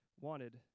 wanted